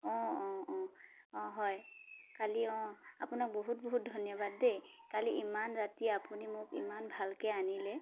অঁ অঁ অঁ অঁ হয় কালি অঁ আপোনাক বহুত বহুত ধন্যবাদ দেই কালি ইমান ৰাতি আপুনি মোক ইমান ভালকৈ আনিলে